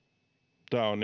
tämä on